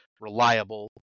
reliable